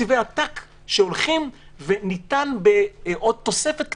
תקציבי עתק שהולכים וניתן בעוד תוספת קטנה,